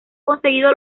conseguido